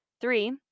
Three